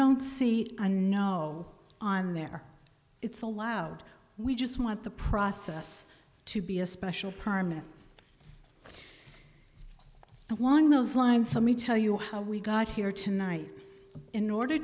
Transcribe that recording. don't see a no on there it's allowed we just want the process to be a special permit along those lines so me tell you how we got here tonight in order